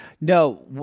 No